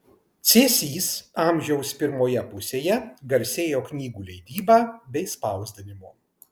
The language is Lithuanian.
cėsys amžiaus pirmoje pusėje garsėjo knygų leidyba bei spausdinimu